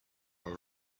all